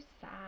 sad